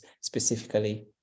specifically